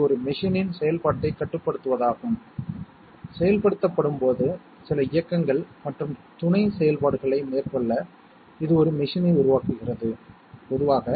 ஏனெனில் அவற்றில் குறைந்தபட்சம் ஒன்று 1 ஆக இருக்கும் மற்றும் OR என்பது அவற்றில் ஒன்று 1 ஆக இருந்தால் நீங்கள் 1 ஐ விடையாகப் பெறுவீர்கள்